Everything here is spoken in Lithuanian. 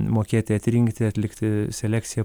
mokėti atrinkti atlikti selekciją